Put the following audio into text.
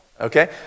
okay